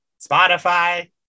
Spotify